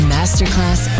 Masterclass